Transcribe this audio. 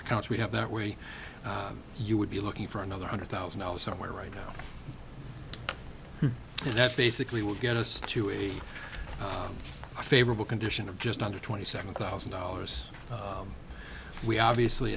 s we have that way you would be looking for another hundred thousand dollars somewhere right now that basically will get us to a favorable condition of just under twenty seven thousand dollars we obviously